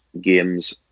games